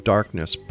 Darkness